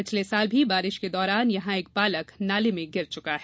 पिछले साल भी बारिश के दौरान यहां एक बालक नाले में गिर चुका है